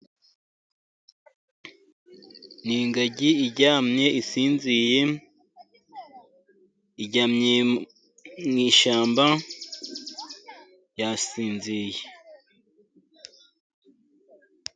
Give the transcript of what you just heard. Ni ingagi iryamye isinziye iryamye mu ishyamba yasinziye.